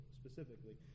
specifically